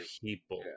people